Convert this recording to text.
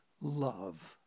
love